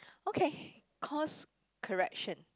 okay course correction